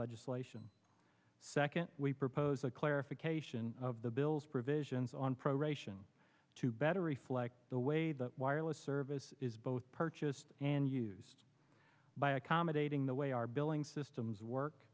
legislation second we propose a clarification of the bill's provisions on proration to better reflect the way that wireless service is both purchased and used by accommodating the way our billing systems work